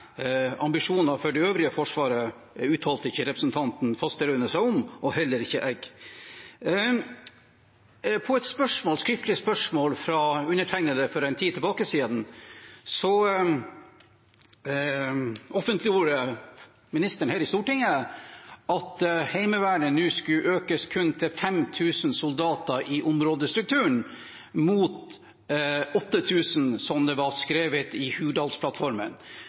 Ambisjoner for det øvrige Forsvaret uttalte ikke representanten Fasteraune seg om – og heller ikke jeg. På bakgrunn av et spørsmål fra meg for en tid tilbake offentliggjorde ministeren her i Stortinget at Heimevernet nå kun skulle økes med 5 000 soldater i områdestrukturen, mot 8 000 som det var skrevet i Hurdalsplattformen.